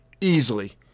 easily